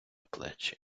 плечі